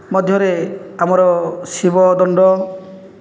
ମଧ୍ୟରେ ଆମର ଶିବଦଣ୍ଡ